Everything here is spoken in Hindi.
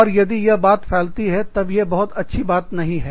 और यदि यह बात फैलती है तब यह बहुत अच्छी बात नहीं है